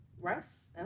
Russ